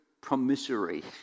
promissory